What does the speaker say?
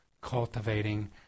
cultivating